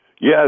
Yes